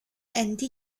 enti